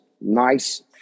Nice